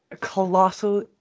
Colossal